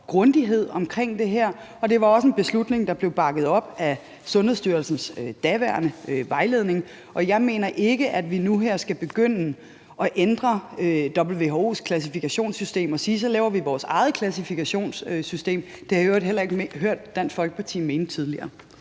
grundighed omkring det her, og det var også en beslutning, der blev bakket op af Sundhedsstyrelsens daværende vejledning. Jeg mener ikke, at vi nu her skal begynde at ændre WHO's klassifikationssystem og sige, at så laver vi vores eget klassifikationssystem. Det har jeg i øvrigt heller ikke hørt Dansk Folkeparti mene tidligere.